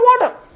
water